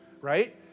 right